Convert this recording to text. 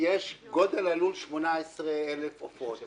גודל הלול הוא 18,000 עופות.